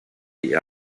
die